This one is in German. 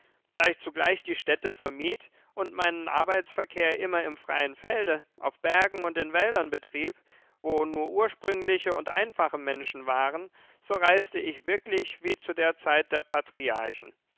da ich zugleich die städte vermied und meinen arbeitsverkehr immer im freien felde auf bergen und in wäldern betrieb wo nur ursprüngliche und einfache menschen waren so reisete ich wirklich wie zu der zeit der patriarchen